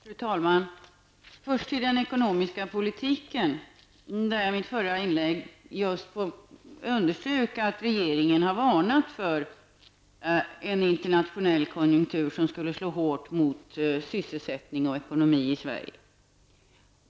Fru talman! Först till den ekonomiska politiken. Jag underströk i mitt förra inlägg att regeringen har varnat för att en internationell konjunkturnedgång skulle slå hårt mot sysselsättning och ekonomi i Sverige.